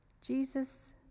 Jesus